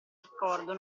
accordo